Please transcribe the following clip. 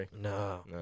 No